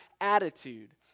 attitude